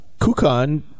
Kukan